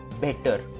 better